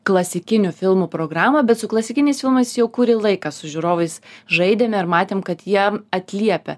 klasikinių filmų programą bet su klasikiniais filmais jau kurį laiką su žiūrovais žaidėme ir matėm kad jie atliepia